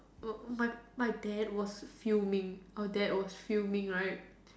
my my dad was fuming our dad was fuming right